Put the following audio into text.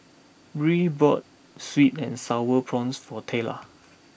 Bree bought Sweet and Sour Prawns for Tayla